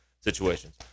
situations